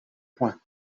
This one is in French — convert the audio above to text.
points